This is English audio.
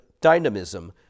dynamism